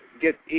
get